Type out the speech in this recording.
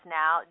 now